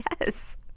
yes